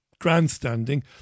grandstanding